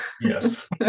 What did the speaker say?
Yes